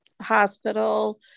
hospital